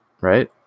right